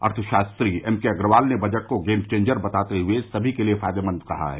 अर्थ शास्त्री एमकेअग्रवाल ने बजट को गेम चेंजर बताते हुए सभी के लिये फायदेमंद कहा है